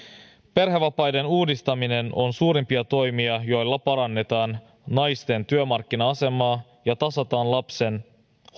perhevapaiden uudistaminen on suurimpia toimia joilla parannetaan naisten työmarkkina asemaa ja tasataan lapsen